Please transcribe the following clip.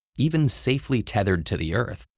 even safely tethered to the earth,